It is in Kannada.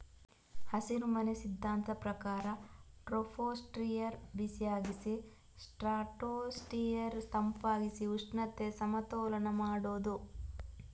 ಹಸಿರುಮನೆ ಸಿದ್ಧಾಂತದ ಪ್ರಕಾರ ಟ್ರೋಪೋಸ್ಫಿಯರ್ ಬಿಸಿಯಾಗಿಸಿ ಸ್ಟ್ರಾಟೋಸ್ಫಿಯರ್ ತಂಪಾಗಿಸಿ ಉಷ್ಣತೆ ಸಮತೋಲನ ಮಾಡುದು